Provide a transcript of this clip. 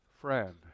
friend